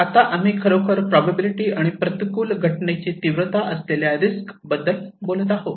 आता आम्ही खरोखर प्रोबॅबिलिटी आणि प्रतिकूल घटनेची तीव्रता असलेल्या रिस्क बद्दल बोलत आहोत